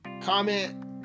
comment